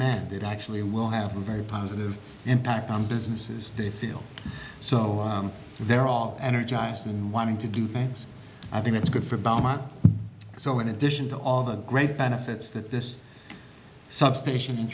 men that actually will have a very positive impact on businesses they feel so they're all energized and wanting to do things i think it's good for belmont so in addition to all the great benefits that this substation